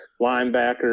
linebacker